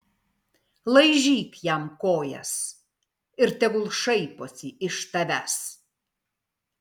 laižyk jam kojas ir tegul šaiposi iš tavęs